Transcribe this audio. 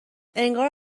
انگار